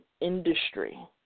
industry